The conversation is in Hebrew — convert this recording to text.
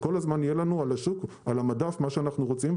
שכל הזמן יהיה לנו בשוק ועל המדף מה שאנחנו רוצים,